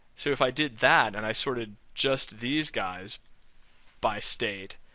so if i did that, and i sorted just these guys by state,